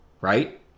Right